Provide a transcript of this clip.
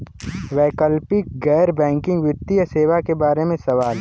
वैकल्पिक गैर बैकिंग वित्तीय सेवा के बार में सवाल?